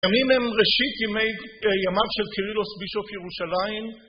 הימים הם ראשית ימי של קירילוס בישוף ירושלים